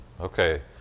Okay